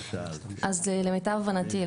למיטב הבנתי,